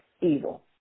evil